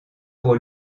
pour